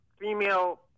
female